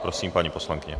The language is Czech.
Prosím, paní poslankyně.